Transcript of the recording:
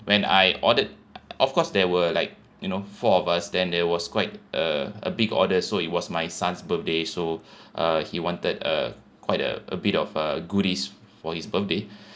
when I ordered of course there were like you know four of us then there was quite a a big order so it was my son's birthday so uh he wanted a quite uh a bit of uh goodies for his birthday